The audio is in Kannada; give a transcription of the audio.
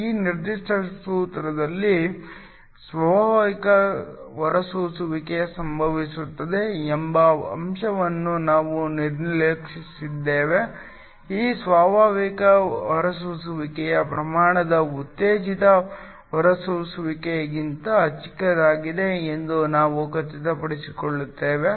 ಈ ನಿರ್ದಿಷ್ಟ ಸೂತ್ರದಲ್ಲಿ ಸ್ವಾಭಾವಿಕ ಹೊರಸೂಸುವಿಕೆ ಸಂಭವಿಸುತ್ತದೆ ಎಂಬ ಅಂಶವನ್ನು ನಾವು ನಿರ್ಲಕ್ಷಿಸಿದ್ದೇವೆ ಈ ಸ್ವಾಭಾವಿಕ ಹೊರಸೂಸುವಿಕೆಯ ಪ್ರಮಾಣವು ಉತ್ತೇಜಿತ ಹೊರಸೂಸುವಿಕೆಗಿಂತ ಚಿಕ್ಕದಾಗಿದೆ ಎಂದು ನಾವು ಖಚಿತಪಡಿಸಿಕೊಳ್ಳುತ್ತೇವೆ